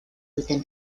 within